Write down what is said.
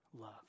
love